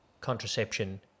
contraception